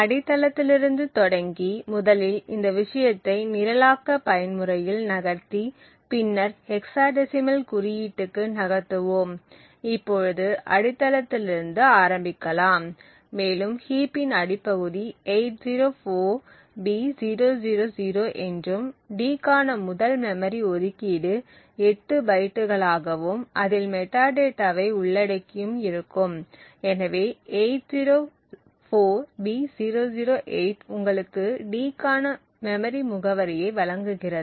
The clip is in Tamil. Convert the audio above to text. அடித்தளத்திலிருந்து தொடங்கி முதலில் இந்த விஷயத்தை நிரலாக்க பயன்முறையில் நகர்த்தி பின்னர் ஹெக்சாடெசிமல் குறியீட்டுக்கு நகர்த்துவோம் இப்பொழுது அடித்தளத்திலிருந்து ஆரம்பிக்கலாம் மேலும் ஹீப்பின் அடிப்பகுதி 804b000 என்றும் d க்கான முதல் மெமரி ஒதுக்கீடு 8 பைட்டுகளாகவும் அதில் மெட்டாடேட்டாவை உள்ளடக்கியும் இருக்கும் எனவே 804b008 உங்களுக்கு d க்கான மெமரி முகவரியை வழங்குகிறது